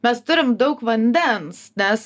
mes turim daug vandens nes